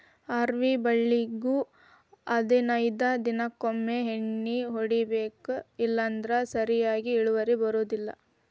ಅವ್ರಿ ಬಳ್ಳಿಗು ಹದನೈದ ದಿನಕೊಮ್ಮೆ ಎಣ್ಣಿ ಹೊಡಿಬೇಕ ಇಲ್ಲಂದ್ರ ಸರಿಯಾಗಿ ಇಳುವರಿ ಬರುದಿಲ್ಲಾ